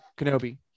Kenobi